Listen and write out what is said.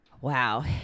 Wow